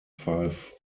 five